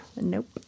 Nope